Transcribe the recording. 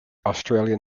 australian